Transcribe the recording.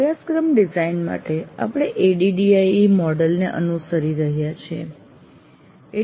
અભ્યાસક્રમ ડિઝાઇન માટે આપણે ADDIE મોડેલ ને અનુસરી રહ્યા છીએ